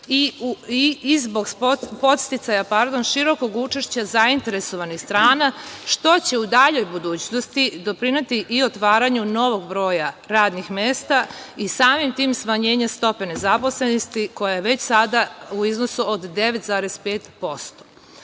i zbog podsticaja širokog učešća zainteresovanih strana što će u daljoj budućnosti doprineti i otvaranju novog broja radnih mesta i samim tim, smanjenjem stope nezaposlenosti koja je već sada u iznosu od 9,5%.Ovim